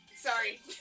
sorry